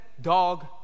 dog